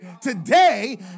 today